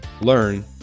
learn